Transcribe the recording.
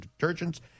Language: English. detergents